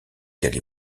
qu’elle